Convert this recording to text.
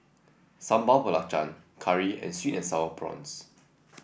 Sambal Belacan curry and sweet and sour prawns